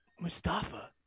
Mustafa